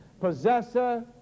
possessor